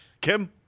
Kim